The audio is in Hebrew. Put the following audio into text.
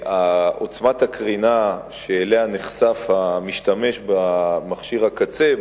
עוצמת הקרינה שאליה נחשף המשתמש במכשיר הקצה,